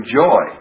joy